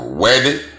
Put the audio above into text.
wedding